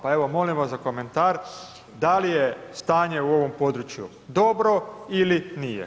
Pa evo, molim vas za komentar da li je stanje u ovom području dobro ili nije?